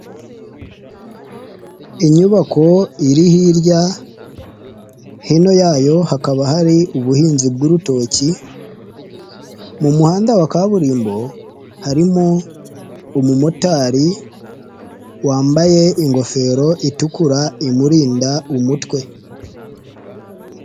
Inyubako iri hirya, hino yayo hakaba hari ubuhinzi bw'urutoki, mu muhanda wa kaburimbo harimo umumotari, wambaye ingofero itukura imurinda umutwe.